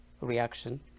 reaction